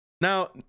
now